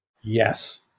Yes